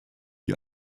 die